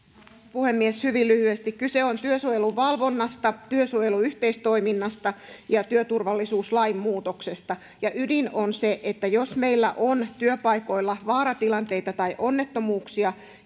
puhemies hyvin lyhyesti kyse on työsuojeluvalvonnasta työsuojeluyhteistoiminnasta ja työturvallisuuslain muutoksesta ja ydin on se että jos meillä on työpaikoilla vaaratilanteita tai onnettomuuksia